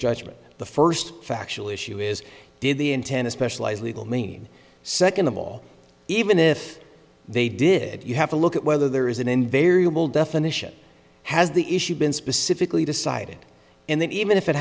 judgment the first factual issue is did the intent a specialized legal mean second of all even if they did you have to look at whether there is an invariable definition has the issue been specifically decided and then even if it